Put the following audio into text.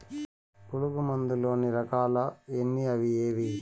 పులుగు మందు లోని రకాల ఎన్ని అవి ఏవి?